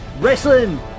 wrestling